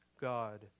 God